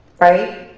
right?